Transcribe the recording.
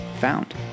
found